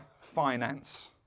finance